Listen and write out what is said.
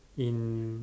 in